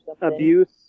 abuse